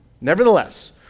Nevertheless